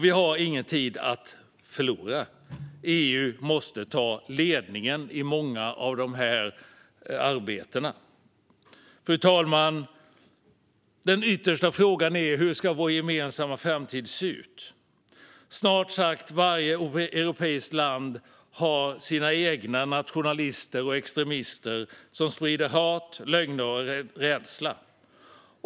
Vi har ingen tid att förlora. EU måste ta ledningen i många av de här arbetena. Fru talman! Den yttersta frågan är: Hur ska vår gemensamma framtid se ut? Snart sagt varje europeiskt land har sina egna nationalister och extremister som sprider hat, lögner och rädsla.